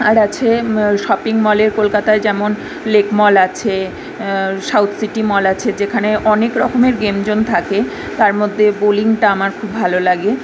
আর আছে শপিং মলের কলকাতায় যেমন লেক মল আছে সাউথ সিটি মল আছে যেখানে অনেক রকমের গেম জোন থাকে তার মধ্যে বোলিংটা আমার খুব ভালো লাগে